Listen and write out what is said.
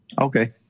Okay